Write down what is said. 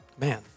Man